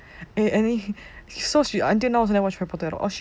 eh any so she until now also never watch harry potter ah or she